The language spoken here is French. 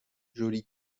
joli